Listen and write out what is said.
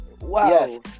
Wow